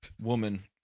woman